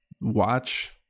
watch